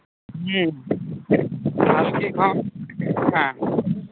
ᱦᱮᱸ ᱥᱟᱞᱠᱤ ᱠᱷᱚᱱ ᱦᱮᱸ